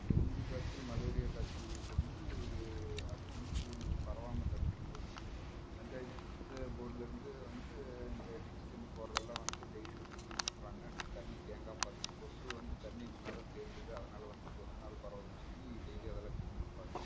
dengue காய்ச்சல் malaria காய்ச்சல் வந்து அது வந்து பரவாமல் தடுக்கிறதுக்கு வந்து பஞ்சாயத்து போர்ட்லிருந்து வந்து இந்த டிச் தண்ணி போகிறதெல்லாம் வந்து டெய்லி வந்து கிளீன் பண்ணுறாங்க தண்ணி தேங்காமல் பார்த்துக்கணும் கொசு வந்து தண்ணி நின்னால்தான் தேங்குது அதனால் வந்து கொசுனாலே பரவுதுன்னு சொல்லி டெய்லி அதெல்லாம் கிளீன் பண்ணுறாங்க